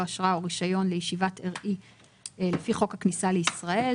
אשרה או רישיון לישיבת ארעי לפי חוק הכניסה לישראל,